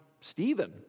Stephen